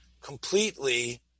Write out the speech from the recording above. completely